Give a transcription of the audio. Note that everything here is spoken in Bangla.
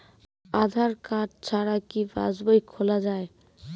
আধার কার্ড ছাড়া কি পাসবই খোলা যায়?